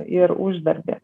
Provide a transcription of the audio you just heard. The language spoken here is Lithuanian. ir uždarbį